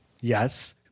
yes